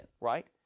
right